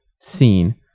seen